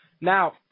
Now